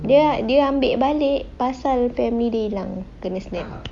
dia dia ambil balik pasal family dia hilang kena snapped